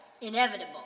Inevitable